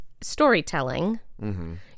storytelling